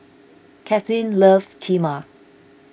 Kathlyn loves Kheema